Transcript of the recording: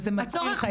וזה מציל חיים.